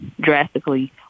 drastically